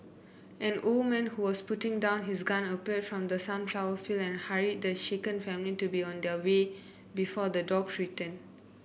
an old man who was putting down his gun appeared from the sunflower fields and hurried the shaken family to be on their way before the dogs return